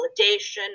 validation